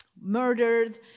murdered